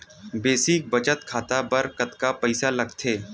Basic बचत खाता बर कतका पईसा लगथे?